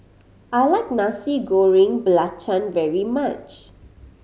I like Nasi Goreng Belacan very much